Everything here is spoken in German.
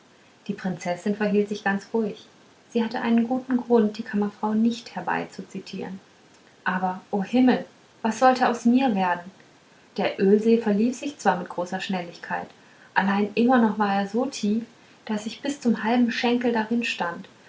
die prinzessin verhielt sich ganz ruhig sie hatte eine guten grund die kammerfrau nicht herbeizuzitieren aber o himmel was sollte aus mir werden der ölsee verlief sich zwar mit großer schnelligkeit allein immer noch war er so tief daß ich bis zum halben schenkel darin stand